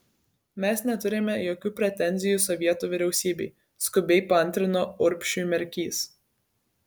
mes neturime jokių pretenzijų sovietų vyriausybei skubiai paantrino urbšiui merkys